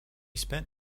spent